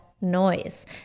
noise